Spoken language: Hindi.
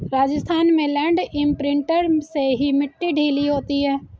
राजस्थान में लैंड इंप्रिंटर से ही मिट्टी ढीली होती है